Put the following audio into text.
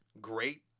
great